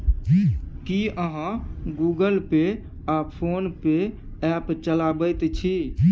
की अहाँ Google Pay आ PhonePe app चलाबैत छी?